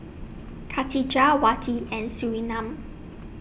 Khatijah Wati and Surinam